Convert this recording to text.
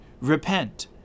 Repent